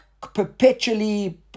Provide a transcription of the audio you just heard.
perpetually